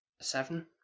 seven